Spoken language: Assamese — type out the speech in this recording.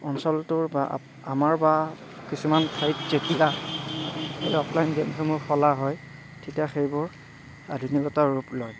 অঞ্চলটোৰ বা আমাৰ বা কিছুমান ঠাইত যেতিয়া এই অফলাইন গেমসমূহ খেলা হয় তেতিয়া সেইবোৰ আধুনিকতা ৰূপ লয়